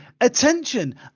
attention